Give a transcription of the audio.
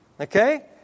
Okay